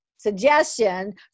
suggestion